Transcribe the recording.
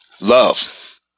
Love